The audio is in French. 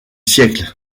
siècle